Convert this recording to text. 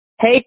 Hey